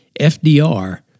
FDR